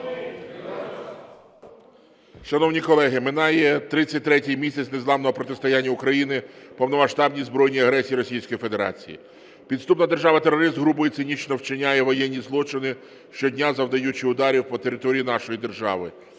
Шановні колеги, минає 33-й місяць незламного протистояння України повномасштабній збройній агресії Російської Федерації. Підступна держава-терорист грубо і цинічно вчиняє воєнні злочини, щодня завдаючи ударів по території нашої держави,